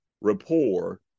rapport